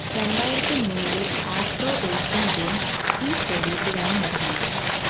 രണ്ടായിരത്തി മൂന്നിലെ Afro Asian games ഈ സ്റ്റേഡിയത്തിലാണ് നടന്നത്